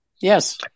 Yes